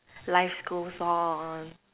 life goes on